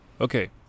Okay